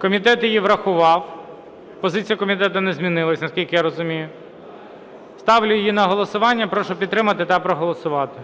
Комітет її врахував. Позиція комітету не змінилась, на скільки я розумію. Ставлю її на голосування. Прошу підтримати та проголосувати.